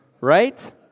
right